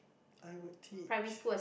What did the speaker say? I would teach